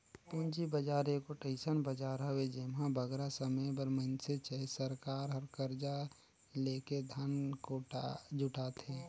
पूंजी बजार एगोट अइसन बजार हवे जेम्हां बगरा समे बर मइनसे चहे सरकार हर करजा लेके धन जुटाथे